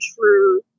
true